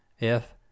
if—